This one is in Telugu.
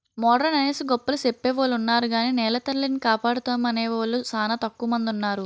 మోడరన్ అనేసి గొప్పలు సెప్పెవొలున్నారు గాని నెలతల్లిని కాపాడుతామనేవూలు సానా తక్కువ మందున్నారు